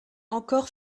encore